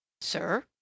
Sir